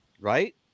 Right